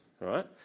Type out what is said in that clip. right